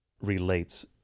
relates